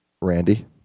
Randy